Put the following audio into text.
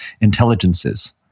intelligences